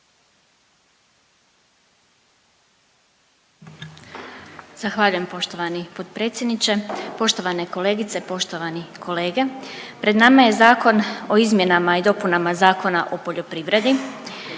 Zahvaljujem poštovani potpredsjedniče. Poštovane kolegice, poštovani kolege. Pred nama je Zakon o izmjenama i dopunama Zakona o poljoprivredi,